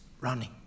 running